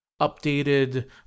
updated